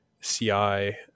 CI